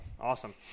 Awesome